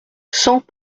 cent